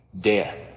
death